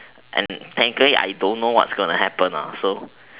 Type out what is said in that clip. and technically I don't know what's going to happen lah so